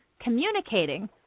communicating